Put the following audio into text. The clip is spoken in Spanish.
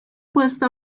puesta